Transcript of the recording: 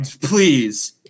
Please